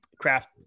craft